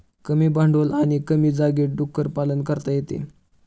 कमी भांडवल आणि कमी जागेत डुक्कर पालन करता येते